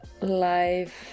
life